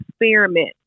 experiment